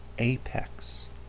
apex